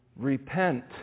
repent